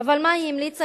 אבל מה היא המליצה?